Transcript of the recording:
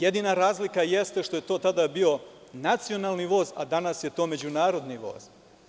Jedina razlika jeste što je to tada bio nacionalni voz, a danas je to međunarodni voz.